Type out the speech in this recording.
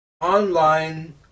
online